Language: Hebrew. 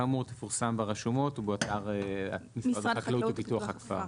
כאמור תפורסם ברשומות ובאתר משרד החקלאות ופיתוח הכפר.